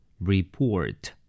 Report